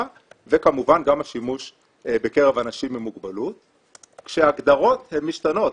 וכמובן גם השימוש בקרב אנשים עם מוגבלות כשההגדרות משתנות,